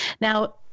Now